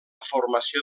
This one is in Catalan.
formació